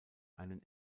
einen